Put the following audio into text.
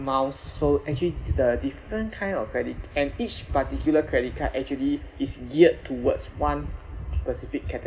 miles so actually the different kind of credit and each particular credit card actually is geared towards one specific